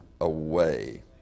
away